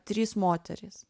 trys moterys